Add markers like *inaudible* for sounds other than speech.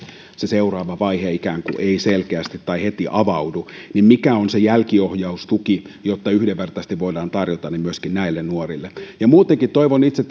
se seuraava vaihe ikään kuin ei selkeästi tai heti avaudu eli mikä on se jälkiohjaustuki jotta yhdenvertaisesti voidaan tarjota ne myöskin näille nuorille muutenkin toivon itse *unintelligible*